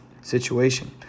situation